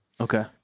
Okay